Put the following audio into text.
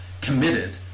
committed